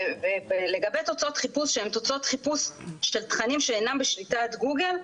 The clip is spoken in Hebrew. ולגבי תוצאות חיפוש שהן תוצאות חיפוש של תכנים שאינם בשליטת גוגל,